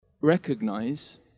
recognize